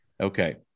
okay